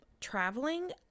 traveling